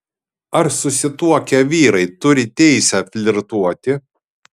ar susituokę vyrai turi teisę flirtuoti